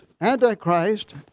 Antichrist